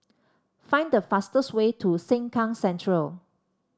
find the fastest way to Sengkang Central